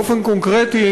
באופן קונקרטי,